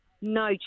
No